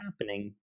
happening